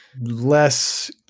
Less